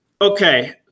Okay